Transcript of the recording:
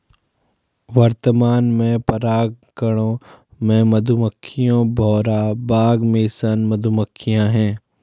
वर्तमान में परागणकों में मधुमक्खियां, भौरा, बाग मेसन मधुमक्खियाँ है